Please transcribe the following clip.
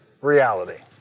Reality